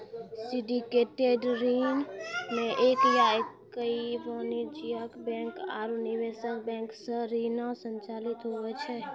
syndicated ऋण मे एक या कई वाणिज्यिक बैंक आरू निवेश बैंक सं ऋण संचालित हुवै छै